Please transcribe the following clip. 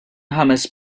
ħames